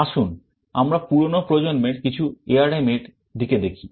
আসুন আমরা পুরোনো প্রজন্মের কিছু ARM এর দিকে দেখি